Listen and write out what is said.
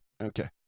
okay